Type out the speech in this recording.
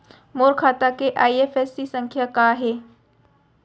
मोर खाता के आई.एफ.एस.सी संख्या का हे?